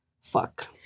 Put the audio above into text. fuck